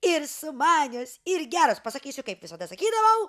ir smagios ir geros pasakysiu kaip visada sakydavau